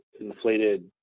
inflated